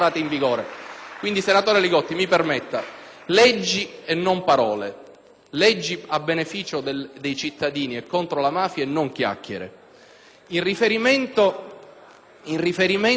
leggi a beneficio dei cittadini e contro la mafia e non chiacchiere. In merito, invece, alle proposte di risoluzione, le ho lette tutte con attenzione.